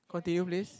continue please